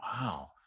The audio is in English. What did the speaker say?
Wow